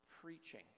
preaching